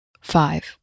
five